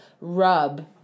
rub